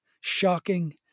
shocking